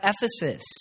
Ephesus